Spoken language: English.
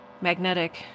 Magnetic